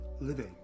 living